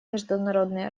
международные